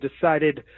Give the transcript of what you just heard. decided